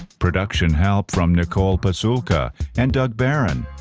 production help from nicole pasulka and doug baron.